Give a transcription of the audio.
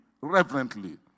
reverently